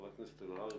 חברת הכנסת קארין אלהרר,